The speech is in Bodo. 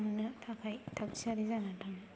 हमनो थाखाय थागथियारि जानानै थाङो